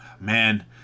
Man